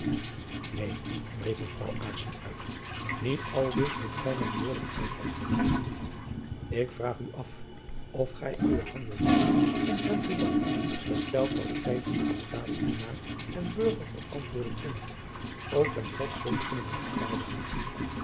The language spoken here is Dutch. neen riep mevrouw aarssen uit niet aldus moet gy mijn woorden uitleggen ik vraag u af of gy uwe handelwijze omtrent buat gesteld dat gy die jacob van lennep elizabeth musch als staatsdienaar en burger verantwoorden kunt ook by god zult kunnen rechtvaardigen